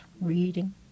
reading